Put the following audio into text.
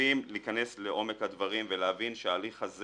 חייבים להיכנס לעומק הדברים ולהבין שההליך הזה